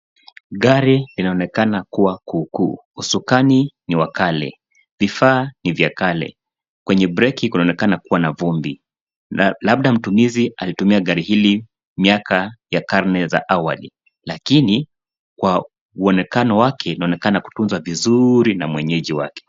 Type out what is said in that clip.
Gari linaonekana kuwa kuu kuu. Usukani ni wa kale. Vifaa ni vya kale, kwenye breki kunaonekana kuwa na vumbi. Labda mtumizi alitumia gari hili miaka ya karne za awali, lakini kwa uonekano wake inaonekana kutunzwa vizuri na mwenyeji wake.